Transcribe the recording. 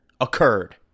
occurred